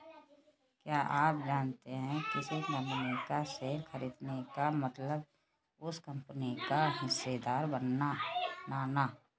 क्या आप जानते है किसी कंपनी का शेयर खरीदने का मतलब उस कंपनी का हिस्सेदार बनना?